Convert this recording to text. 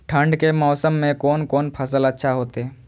ठंड के मौसम में कोन कोन फसल अच्छा होते?